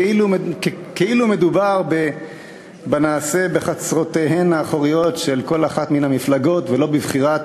כאילו מדובר בנעשה בחצרותיהן האחוריות של כל אחת מן המפלגות ולא בבחירת